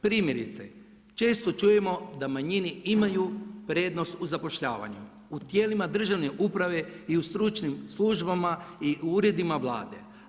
Primjerice često čujemo da manjine imaju prednost u zapošljavanju u tijelima državne uprave i u stručnim službama i uredima Vlade.